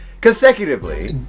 Consecutively